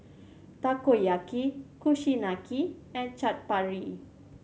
Takoyaki Kushiyaki and Chaat Papri